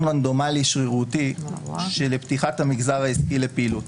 רנדומלי שרירותי של פתיחת המגזר העסקי לפעילות.